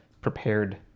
prepared